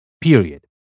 period